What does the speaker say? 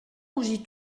rougis